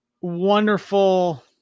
wonderful